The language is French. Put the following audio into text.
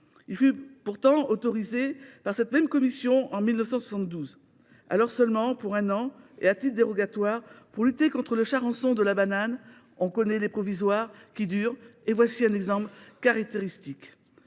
fut pourtant autorisé par cette même commission en 1972, alors seulement pour un an et à titre dérogatoire, pour lutter contre le charançon de la banane. Nous connaissons bien le provisoire qui dure, en voici un exemple caractéristique